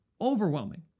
overwhelming